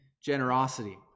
generosity